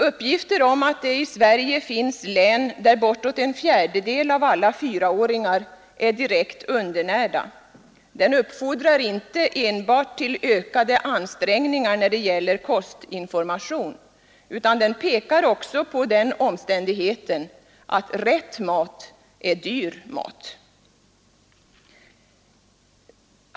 Uppgifter om att i Sverige finns län där bortåt en fjärdedel av alla fyraåringar är direkt undernärda uppfordrar inte enbart till ökade ansträngningar när det gäller kostinformation utan pekar också på den omständigheten att ”rätt” mat är dyr mat.